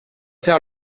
faire